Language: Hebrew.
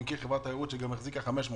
ואני מכיר חברת תיירות שהחזיקה גם 500 עובדים,